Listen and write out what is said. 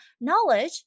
knowledge